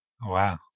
Wow